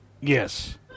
Yes